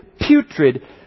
putrid